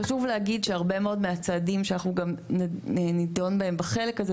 חשוב להגיד שהרבה מאוד מהצעדים שאנחנו גם נידון בהם בחלק הזה,